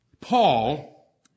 Paul